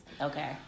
Okay